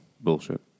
bullshit